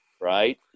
right